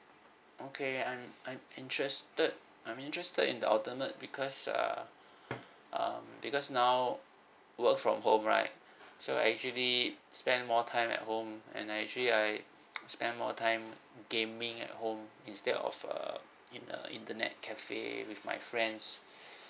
okay I'm I'm interested I'm interested in the ultimate because uh um because now work from home right so actually spend more time at home and I actually I I spend more time gaming at home instead of err in a internet cafe with my friends